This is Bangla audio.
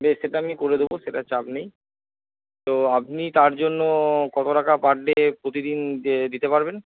বেশ সেটা আমি করে দেব সেটা চাপ নেই তো আপনি তার জন্য কত টাকা পার ডে প্রতিদিন দিতে পারবেন